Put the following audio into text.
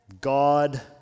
God